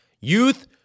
Youth